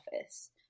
office